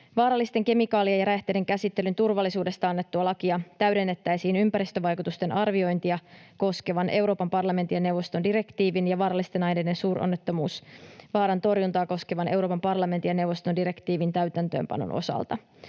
Vaarallisten kemikaalien ja räjähteiden käsittelyn turvallisuudesta annettua lakia täydennettäisiin ympäristövaikutusten arviointia koskevan Euroopan parlamentin ja neuvoston direktiivin ja vaarallisten aineiden suuronnettomuusvaaran torjuntaa koskevan Euroopan parlamentin ja neuvoston direktiivin täytäntöönpanon osalta.